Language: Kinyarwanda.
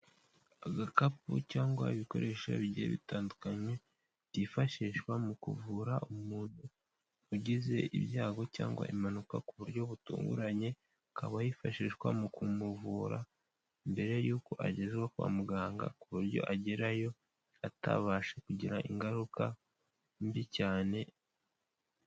Agakapu cyangwa ibikoresho bitandukanye byifashishwa mu kuvura umuntu ugize ibyago cyangwa impanuka ku buryo butunguranye, akaba yifashishwa mu kumuvura mbere yuko agezwa kwa muganga ku buryo agerayo atabasha kugira ingaruka mbi cyane.